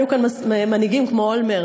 היו כאן מנהיגים כמו אולמרט